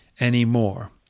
anymore